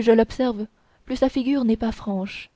je l'observe plus sa figure n'est pas franche